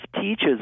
teaches